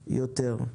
טובה יותר.